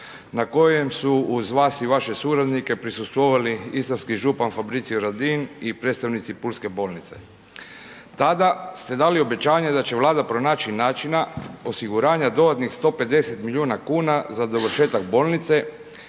na kojem su uz vaš i vaše suradnike prisustvovali istarski župan Fabrizio Radin i predstavnici pulske bolnice. Tada ste dali obećanje da će Vlada pronaći načina osiguranja dodatnih 150 milijuna kuna za dovršetak bolnice